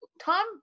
Tom